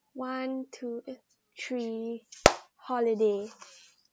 one two three holiday